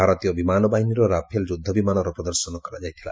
ଭାରତୀୟ ବିମାନ ବାହିନୀର ରାଫେଲ୍ ଯୁଦ୍ଧ ବିମାନର ପ୍ରଦର୍ଶନ କରାଯାଇଥିଲା